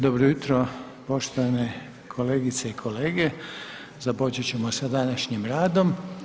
Dobro jutro, poštovane kolegice i kolege, započeti ćemo sa današnjim radom.